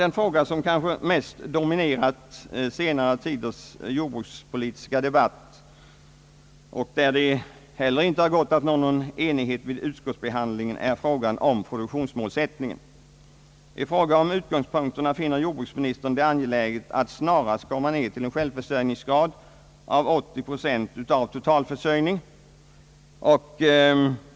Den fråga som kanske mest har dominerat den senaste tidens jordbrukspolitiska debatt och där det heller inte har gått att nå någon enighet vid utskottsbehandlingen är frågan om produktionsmålsättningen. Ifrån olika utgångspunkter finner jordbruks ministern det angeläget att snarast komma ned till en självförsörjningsgrad av 80 procent av totalförsörjningen.